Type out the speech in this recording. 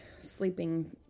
Sleeping